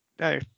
No